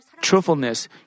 truthfulness